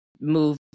move